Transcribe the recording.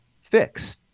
fix